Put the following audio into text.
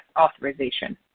authorization